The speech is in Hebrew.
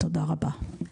תודה רבה.